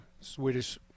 Swedish